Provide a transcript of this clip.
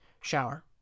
Shower